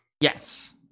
Yes